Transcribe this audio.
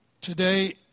today